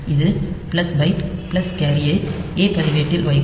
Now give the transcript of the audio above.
இது plus byte plus carry ஐ A பதிவேட்டில் வைக்கும்